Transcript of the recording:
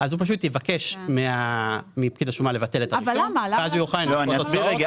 אז הוא יבקש מפקיד השומה לבטל את הרישום ואז הוא יוכל לנכות הוצאות.